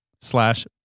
slash